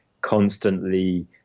constantly